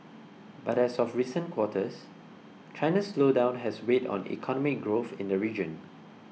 but as of recent quarters China's slowdown has weighed on economic growth in the region